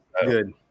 good